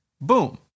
boom